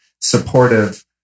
supportive